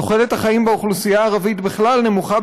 תוחלת החיים של האוכלוסייה הערבית בכלל נמוכה